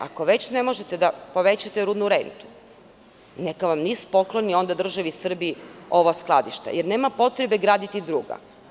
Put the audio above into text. Ako već ne možete da povećate rudnu rentu, neka NIS pokloni državi Srbiji ova skladišta, jer nema potrebe graditi druga.